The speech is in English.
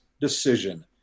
decision